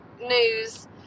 news